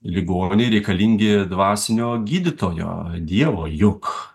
ligoniai reikalingi dvasinio gydytojo dievo juk